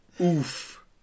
Oof